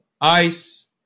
ice